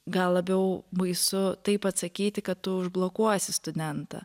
gal labiau baisu taip atsakyti kad tu užblokuosi studentą